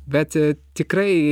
bet tikrai